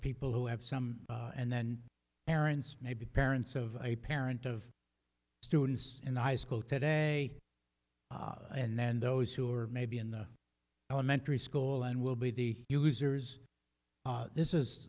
people who have some and then parents may be parents of a parent of students in the high school today and then those who are maybe in the elementary school and will be the users this is